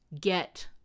get